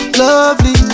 lovely